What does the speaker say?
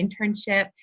internship